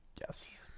Yes